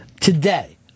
today